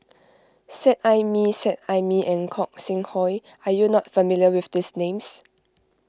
Seet Ai Mee Seet Ai Mee and Gog Sing Hooi are you not familiar with these names